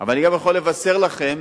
אבל אני גם יכול לבשר לכם,